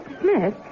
Smith